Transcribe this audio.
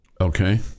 Okay